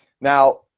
now